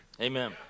Amen